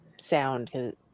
sound